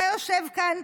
אתה יושב כאן,